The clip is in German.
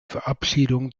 verabschiedung